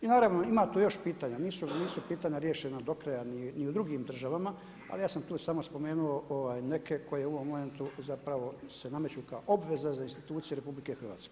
I naravno, ima tu još pitanja, nisu pitanja riješena do kraja ni u drugim država, ali ja sam tu samo spomenuo neke, koje u ovom momentu se nameću obveza kao institucije RH.